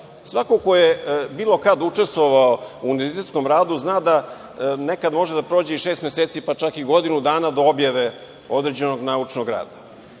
Svako ko je bilo kada učestvovao u univerzitetskom radu zna da nekad može da prođe i šest meseci, pa čak i godinu dana, do objave određenog naučnog rada. Ono